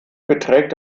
beträgt